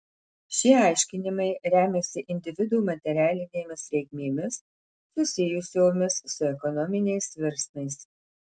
šie aiškinimai remiasi individų materialinėmis reikmėmis susijusiomis su ekonominiais virsmais